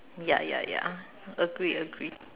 ya ya ya agree agree